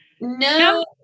No